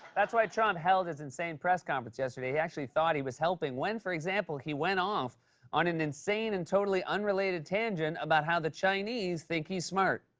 that's why trump held his insane press conference yesterday. he actually thought he was helping when, for example, he went off on an insane and totally unrelated tangent about how the chinese think he's smart.